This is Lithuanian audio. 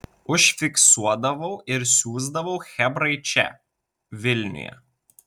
užfiksuodavau ir siųsdavau chebrai čia vilniuje